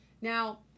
Now